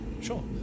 Sure